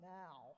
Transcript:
now